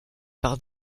par